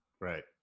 Right